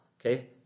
Okay